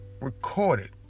recorded